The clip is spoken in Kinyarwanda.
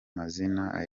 mazina